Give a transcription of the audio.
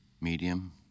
Medium